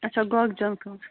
اَچھا گۄگجن کم